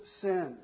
sins